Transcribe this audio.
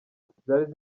zari